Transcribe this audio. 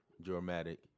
dramatic